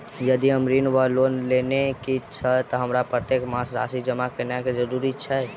यदि हम ऋण वा लोन लेने छी तऽ हमरा प्रत्येक मास राशि जमा केनैय जरूरी छै?